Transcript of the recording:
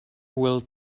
will